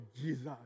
Jesus